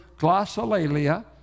glossolalia